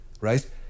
right